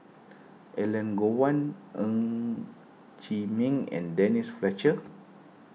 Elangovan Ng Chee Meng and Denise Fletcher